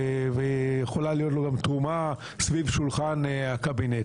וגם יכולה להיות לו תרומה סביב שולחן הקבינט,